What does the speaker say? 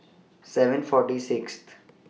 seven forty Sixth